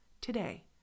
today